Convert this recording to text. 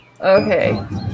Okay